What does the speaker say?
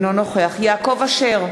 אינו נוכח יעקב אשר,